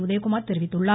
உதயகுமார் தெரிவித்துள்ளார்